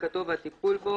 החזקתו והטיפול בו,